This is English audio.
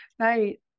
Right